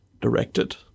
directed